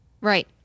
Right